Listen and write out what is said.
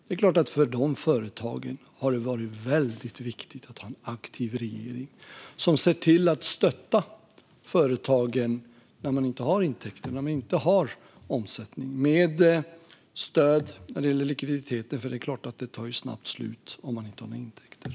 Det är klart att det för de företagen har varit väldigt viktigt med en aktiv regering som ser till att stötta dem när de inte har intäkter och omsättning när det gäller likviditeten, för det är klart att den snabbt tar slut om man inte har några intäkter.